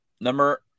Number